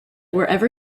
wherever